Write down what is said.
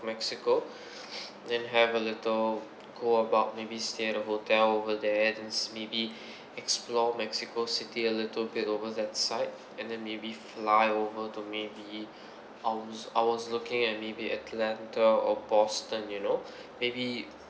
mexico and have a little go about maybe stay at the hotel over there then s~ maybe explore mexico city a little bit over that side and then maybe fly over to maybe um s~ I was looking at maybe atlanta or boston you know maybe